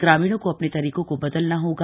ग्रामीणों को अपने तरीकों को बदलना होगा